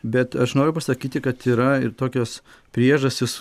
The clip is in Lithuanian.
bet aš noriu pasakyti kad yra ir tokios priežastys